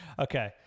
Okay